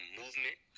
movement